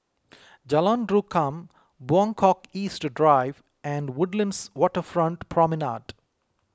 Jalan Rukam Buangkok East Drive and Woodlands Waterfront Promenade